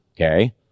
okay